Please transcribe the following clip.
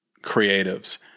creatives